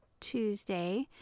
Tuesday